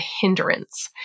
hindrance